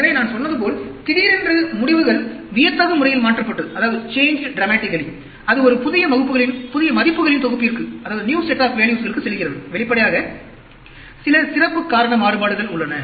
எனவே நான் சொன்னது போல் திடீரென்று முடிவுகள் வியத்தகு முறையில் மாற்றப்பட்டு அது ஒரு புதிய மதிப்புகளின் தொகுப்பிற்குச் செல்கிறது வெளிப்படையாக சில சிறப்பு காரண மாறுபாடுகள் உள்ளன